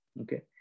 Okay